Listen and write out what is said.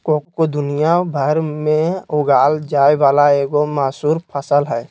cocoa दुनिया भर में उगाल जाय वला एगो मशहूर फसल हइ